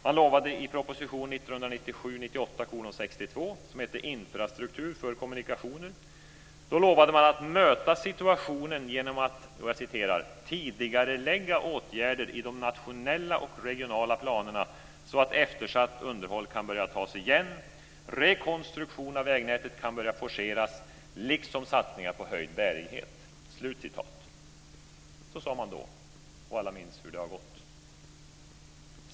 De lovade i proposition 1997/98:62 om infrastruktur för kommunikationer att möta situationen genom att "tidigarelägga åtgärder i de nationella och regionala planerna så att eftersatt underhåll kan börja tas igen, rekonstruktionen av vägnätet kan forceras liksom satsningar på höjd bärighet". Så sade man då, och alla minns hur det har gått.